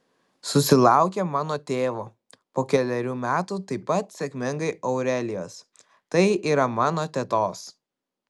susilaukė mano tėvo po kelerių metų taip pat sėkmingai aurelijos tai yra mano tetos